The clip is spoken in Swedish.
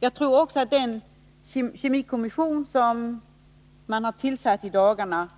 Jag tror också att den kemikommission som man har tillsatt i dagarna